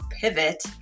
pivot